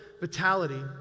vitality